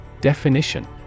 Definition